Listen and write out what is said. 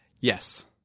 Yes